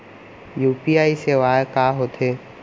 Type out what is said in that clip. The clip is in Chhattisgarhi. यू.पी.आई सेवाएं का होथे?